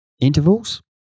intervals